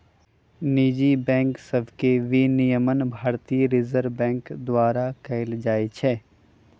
निजी बैंक सभके विनियमन भारतीय रिजर्व बैंक द्वारा कएल जाइ छइ